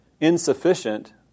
insufficient